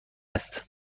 است